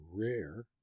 rare